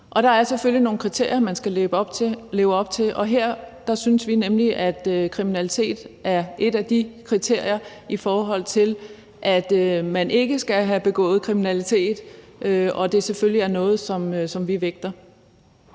Der er selvfølgelig nogle kriterier, man skal leve op til, og her synes vi, at kriminalitet netop er et af de kriterier, altså at man ikke skal have begået kriminalitet. Det er selvfølgelig noget, som vi lægger